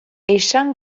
esan